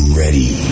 ready